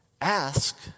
ask